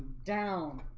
down